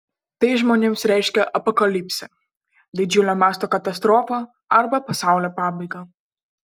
tai žmonėms reiškia apokalipsę didžiulio mąsto katastrofą arba pasaulio pabaigą